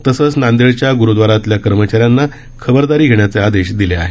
तसंच नांदेडच्या ग्रुद्वारातल्या कर्मचाऱ्यांना खबरदारी घेण्याचे आदेश देण्यात आले आहेत